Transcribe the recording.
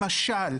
למשל,